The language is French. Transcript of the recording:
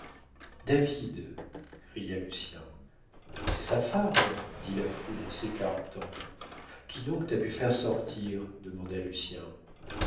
david cria lucien c'est sa femme dit la foule en s'écartant qui donc t'a pu faire sortir demanda lucien